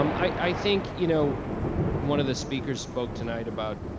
um i think, you know one of the speakers spoke tonight about,